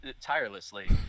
tirelessly